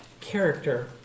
character